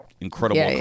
incredible